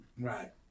Right